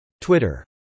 Twitter